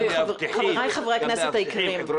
חברי הכנסת היקרים,